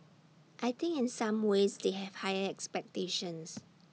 I think in some ways they have higher expectations